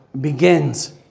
begins